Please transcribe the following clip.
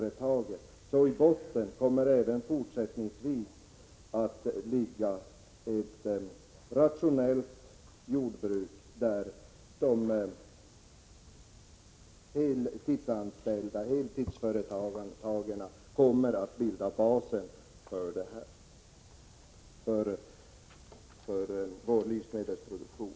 Ett är emellertid säkert: Även i fortsättningen kommer ett rationellt jordbruk där heltidsföretagen dominerar att bilda basen för vår livsmedelsproduktion.